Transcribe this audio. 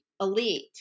Elite